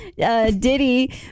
diddy